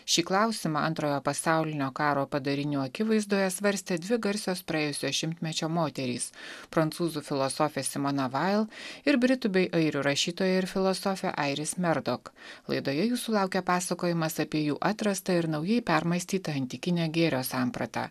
šį klausimą antrojo pasaulinio karo padarinių akivaizdoje svarstė dvi garsios praėjusio šimtmečio moterys prancūzų filosofė simona vail ir britų bei airių rašytoja ir filosofė airis merdok laidoje jūsų laukia pasakojimas apie jų atrastą ir naujai permąstytą antikinę gėrio sampratą